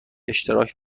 اشتراک